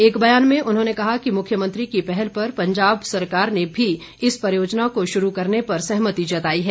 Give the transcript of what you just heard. एक बयान में उन्होंने कहा कि मुख्यमंत्री की पहल पर पंजाब सरकार ने भी इस परियोजना को शुरू करने पर सहमति जताई है